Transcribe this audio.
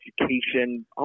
education